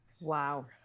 Wow